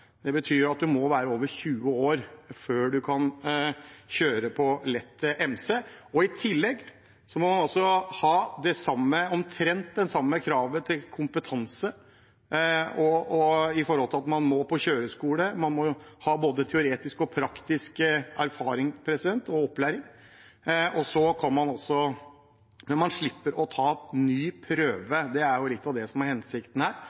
Det betyr at man må være over 20 år før man kan kjøre på lett MC. I tillegg må man ha omtrent det samme kravet til kompetanse: Man må på kjøreskole og man må ha både teoretisk og praktisk erfaring og opplæring, men man slipper å ta ny prøve. Det er litt av det som er hensikten her,